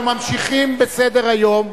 אנחנו ממשיכים בסדר-יום.